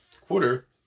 quarter